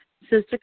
Sister